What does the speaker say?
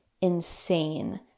insane